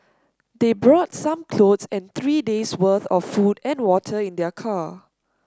they brought some clothes and three days worth of food and water in their car